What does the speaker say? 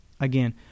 Again